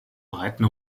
breiten